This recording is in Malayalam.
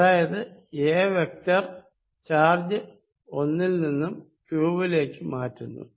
അതായത് എ വെക്ടർ ചാർജ് 1 ൽ നിന്നും q വി ലേക്ക് മാറ്റുന്നു